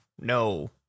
no